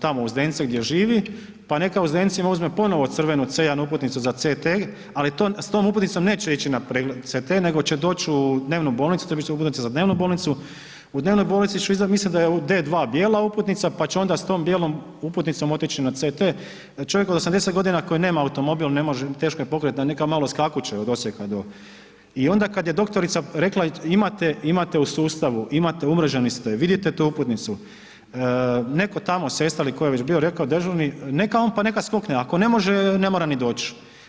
tamo u Zdence gdje živi pa neka u Zdenci uzme ponovno crvenu C1 uputnicu za CT ali s tom uputnicom neće ići na pregled CT nego će doć u dnevnu bolnicu, dobit će uputnicu za dnevnu bolnicu, u dnevnoj bolnici ... mislim da je u D2 bijela uputnica pa će onda s tom bijelom uputnicom otići na CT, čovjek od 80 g. koji nema automobil, ne može, teško je pokretan, neka malo skakuće od Osijeka do, i onda kad je doktorica rekla imate u sustavu, imate, umreženi ste, vidite tu uputnicu, neko tamo, sestra ili koji je već bio rekao dežurni, pa neka on skokne, ako ne može, ne mora ni doć.